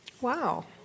Wow